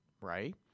right